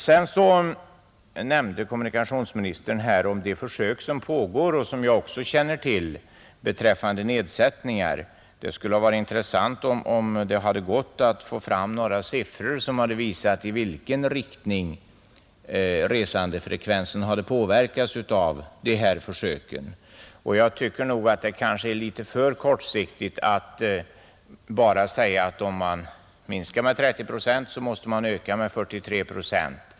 Sedan nämnde kommunikationsministern här om de försök som pågår och som jag också känner till beträffande nedsättningar. Det skulle ha varit intressant om det hade gått att få fram några siffror som hade visat i vilken riktning resandefrekvensen hade påverkats av dessa försök. Jag tycker att det kanske är litet för kortsiktigt att bara säga att om man sänker priset med 30 procent så måste trafiken öka med 43 procent.